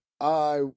I-